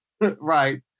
right